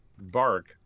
bark